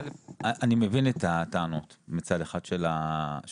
א', אני מבין את הטענות, מצד אחד, של הקבלנים.